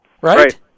right